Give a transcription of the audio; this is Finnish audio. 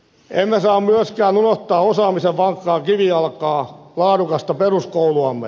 emme saa myöskään unohtaa osaamisen vankkaa kivijalkaa laadukasta peruskouluamme